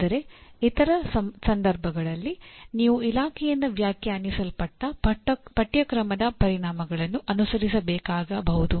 ಆದರೆ ಇತರ ಸಂದರ್ಭಗಳಲ್ಲಿ ನೀವು ಇಲಾಖೆಯಿಂದ ವ್ಯಾಖ್ಯಾನಿಸಲ್ಪಟ್ಟ ಪಠ್ಯಕ್ರಮದ ಪರಿಣಾಮಗಳನ್ನು ಅನುಸರಿಸಬೇಕಾಗಬಹುದು